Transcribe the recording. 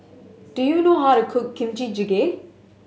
do you know how to cook Kimchi Jjigae